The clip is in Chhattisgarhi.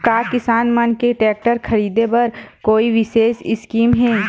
का किसान मन के टेक्टर ख़रीदे बर कोई विशेष स्कीम हे?